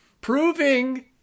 Proving